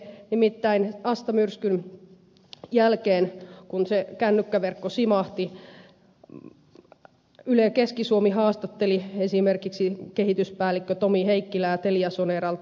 nimittäin asta myrskyn jälkeen kun se kännykkäverkko simahti yle keski suomi haastatteli esimerkiksi kehityspäällikkö tomi heikkilää teliasoneralta